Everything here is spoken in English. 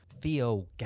Theo